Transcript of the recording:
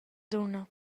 dunna